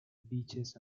beaches